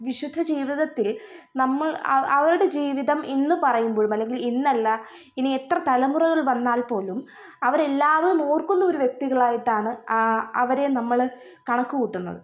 വിശുദ്ധ ജീവിതത്തിൽ നമ്മൾ അവരുടെ ജീവിതം ഇന്നു പറയുമ്പോഴും അല്ലെങ്കിൽ ഇന്നല്ല ഇനിയെത്ര തലമുറകൾ വന്നാൽ പോലും അവരെല്ലാവരും ഓർക്കുന്നൊരു വ്യക്തികളായിട്ടാണ് അവരെ നമ്മൾ കണക്കു കൂട്ടുന്നത്